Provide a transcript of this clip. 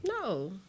No